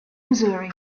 missouri